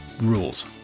rules